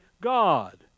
God